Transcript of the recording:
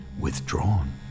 withdrawn